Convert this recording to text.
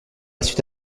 suite